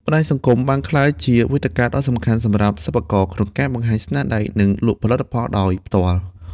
បណ្ដាញសង្គម បានក្លាយជាវេទិកាដ៏សំខាន់សម្រាប់សិប្បករក្នុងការបង្ហាញស្នាដៃ និងលក់ផលិតផលដោយផ្ទាល់។